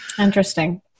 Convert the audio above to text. Interesting